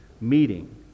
meeting